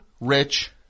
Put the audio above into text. Rich